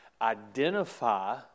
identify